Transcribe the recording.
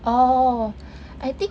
oh I think